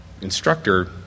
instructor